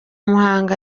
muhanga